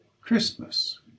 Christmas